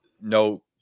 no